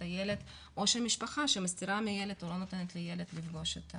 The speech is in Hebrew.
הילד או המשפחה שמסתירה מהילד ולא נותנת לילד לפגוש.